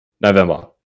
November